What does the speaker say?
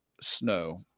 snow